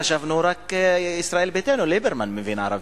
חשבנו שרק ישראל ביתנו, ליברמן מבין ערבית.